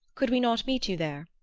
could we not meet you there?